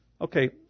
Okay